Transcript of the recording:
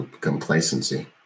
Complacency